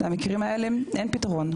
למקרים האלה אין פתרון.